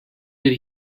did